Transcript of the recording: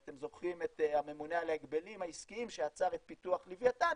אתם זוכרים את הממונה על ההגבלים העסקיים שעצר את פיתוח לווייתן,